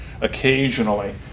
occasionally